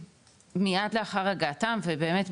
עולים מיד לאחר הגעתם ובאמת,